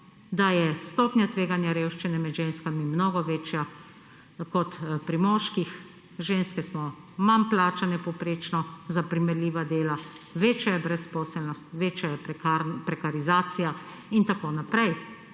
da je stopnja tveganja revščine med ženskami mnogo večja kot pri moških. Ženske smo manj plačane povprečno za primerljiva dela, večja je brezposelnost, večja je prekarizacija, itn.